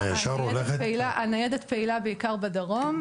הניידת פעילה בעיקר בדרום.